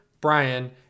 Brian